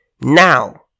Now